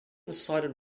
cited